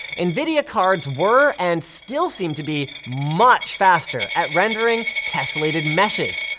nvidia cards were, and still seem to be, much faster at rendering tessellated meshes.